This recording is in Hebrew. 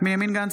יואב גלנט,